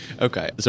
Okay